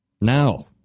Now